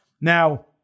Now